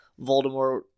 Voldemort